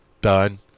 done